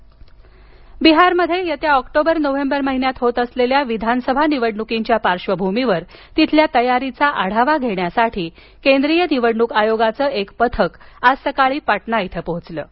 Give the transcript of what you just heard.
बिहार निवडणक बिहारमध्ये October November महिन्यात होत असलेल्या विधानसभा निवडणुकींच्या पार्श्वभूमीवर तयारीचा आढावा घेण्यासाठी केंद्रीय निवडणूक आयोगाचं एक पथक आज सकाळी पाटणा इथं पोहोचलं आहे